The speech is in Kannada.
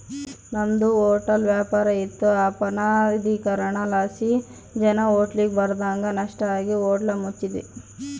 ನಮ್ದು ಹೊಟ್ಲ ವ್ಯಾಪಾರ ಇತ್ತು ಅಪನಗದೀಕರಣಲಾಸಿ ಜನ ಹೋಟ್ಲಿಗ್ ಬರದಂಗ ನಷ್ಟ ಆಗಿ ಹೋಟ್ಲ ಮುಚ್ಚಿದ್ವಿ